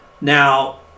now